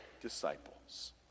disciples